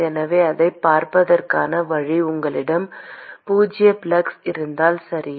எனவே அதைப் பார்ப்பதற்கான வழி உங்களிடம் பூஜ்ஜிய ஃப்ளக்ஸ் இருந்தால் சரியா